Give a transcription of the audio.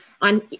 on